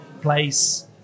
place